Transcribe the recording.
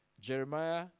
Jeremiah